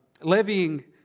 levying